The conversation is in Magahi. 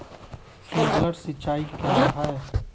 प्रिंक्लर सिंचाई क्या है?